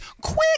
quick